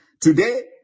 Today